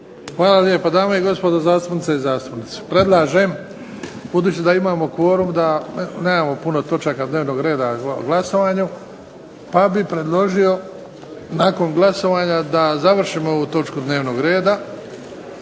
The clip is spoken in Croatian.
Hvala lijepa. Dame i gospodo, zastupnice i zastupnici Predlažem, budući da imamo kvorum a nemamo puno točaka dnevnog reda na glasovanju, pa bih predložio nakon glasovanja da završimo dnevnu točku dnevnog reda.